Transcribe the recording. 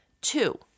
Two